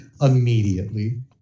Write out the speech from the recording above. immediately